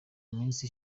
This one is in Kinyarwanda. minsi